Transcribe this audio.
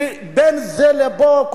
בין זה לפה,